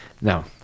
Now